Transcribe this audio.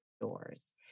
doors